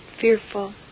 fearful